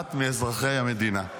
ואחת מאזרחי המדינה.